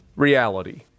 reality